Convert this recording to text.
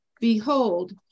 Behold